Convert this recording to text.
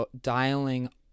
dialing